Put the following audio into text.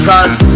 Cause